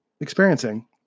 experiencing